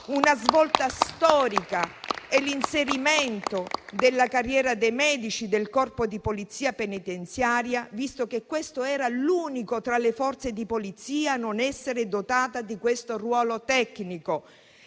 Una svolta storica è rappresentata dall'inserimento della carriera dei medici nel Corpo di polizia penitenziaria, visto che questa era l'unica, tra le forze di polizia, a non essere dotata di questo ruolo tecnico.